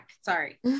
Sorry